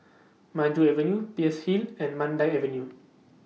Maju Avenue Peirce Hill and Mandai Avenue